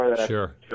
Sure